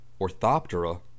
Orthoptera